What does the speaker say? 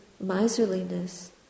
miserliness